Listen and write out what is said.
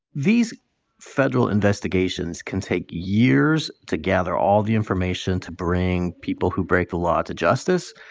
these federal investigations can take years to gather all the information to bring people who break the law to justice.